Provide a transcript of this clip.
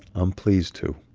i'm pleased to.